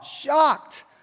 shocked